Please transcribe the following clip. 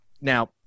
Now